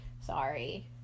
Sorry